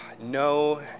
No